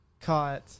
caught